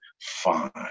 fine